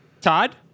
Todd